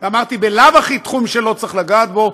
ואמרתי: בלאו הכי תחום שלא צריך לגעת בו,